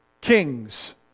kings